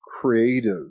creative